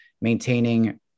maintaining